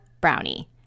brownie